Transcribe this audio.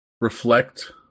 reflect